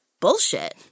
bullshit